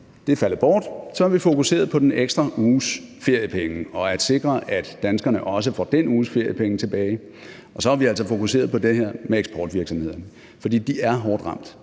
det er faldet bort. Så har vi fokuseret på den ekstra uges feriepenge og på at sikre, at danskerne også får den uges feriepenge tilbage, og så har vi altså fokuseret på det her med eksportvirksomhederne, for de er hårdt ramt.